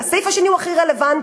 והסעיף השני הוא הכי רלוונטי.